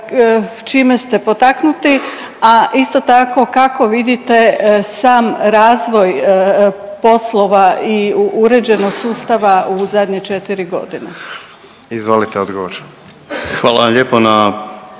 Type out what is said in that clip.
čime ste potaknuti, a isto tako, kako vidite sam razvoj poslova i uređenost sustava u zadnje 4 godine? **Jandroković, Gordan